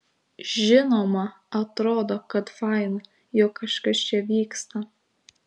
žinoma atrodo kad faina jog kažkas čia vyksta